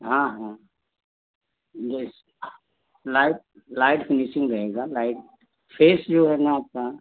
हाँ हाँ जो इस लाइट लाइट फिनिसिंग रहेगा लाइट फेस जो है ना आपका